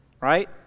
right